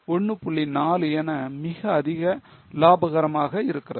4 என மிக அதிக லாபகரமாக இருக்கிறது